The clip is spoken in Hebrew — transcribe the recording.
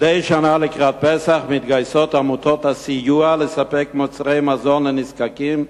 מדי שנה לקראת פסח מתגייסות עמותות הסיוע לספק מוצרי מזון לנזקקים.